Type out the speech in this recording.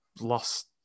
lost